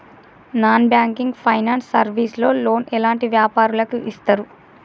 Non banking finance service లో loan ఎలాంటి వ్యాపారులకు ఇస్తరు?